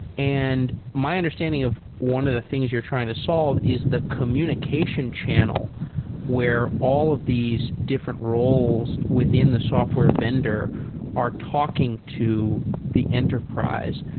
and my understanding of one of the things you're trying to solve is the communication channel where all of these different roles within the software vendor are talking to the enterprise.